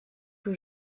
que